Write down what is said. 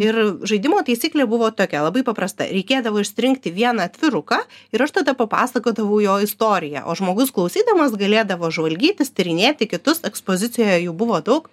ir žaidimo taisyklė buvo tokia labai paprasta reikėdavo išsirinkti vieną atviruką ir aš tada papasakodavau jo istoriją o žmogus klausydamas galėdavo žvalgytis tyrinėti kitus ekspozicijoje jų buvo daug